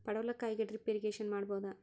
ಪಡವಲಕಾಯಿಗೆ drip irrigation ಮಾಡಬೋದ?